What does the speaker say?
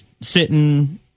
sitting